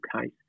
case